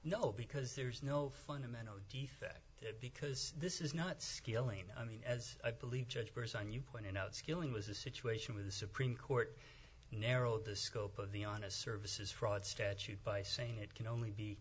no because there's no fundamental defect because this is not skilling i mean as i believe judge a person you point out skilling was a situation where the supreme court narrow the scope of the honest services fraud statute by saying it can only be